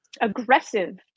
aggressive